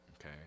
Okay